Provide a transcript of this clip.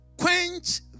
quench